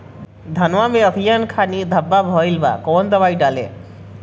धनवा मै अखियन के खानि धबा भयीलबा कौन दवाई डाले?